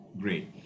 great